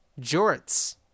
Jorts